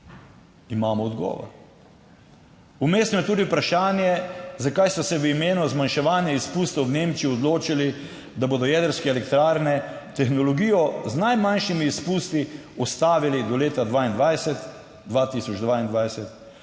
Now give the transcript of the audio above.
Imamo odgovor. Vmesno je tudi vprašanje, zakaj so se v imenu zmanjševanja izpustov v Nemčiji odločili, da bodo jedrske elektrarne tehnologijo z najmanjšimi izpusti, ustavili do leta 2022,